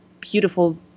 beautiful